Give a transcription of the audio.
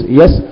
yes